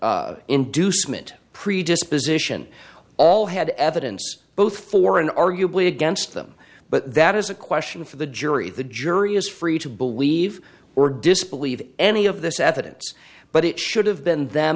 inducement pre disposition all had evidence both for and arguably against them but that is a question for the jury the jury is free to believe or disbelieve any of this evidence but it should have been them